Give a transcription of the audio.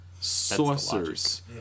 saucers